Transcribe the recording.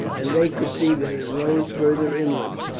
and they could see that it rose further inland.